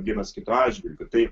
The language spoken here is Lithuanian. vienas kito atžvilgiu tai